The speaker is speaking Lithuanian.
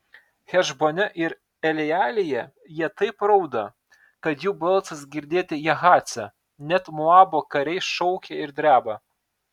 hešbone ir elealėje jie taip rauda kad jų balsas girdėti jahace net moabo kariai šaukia ir dreba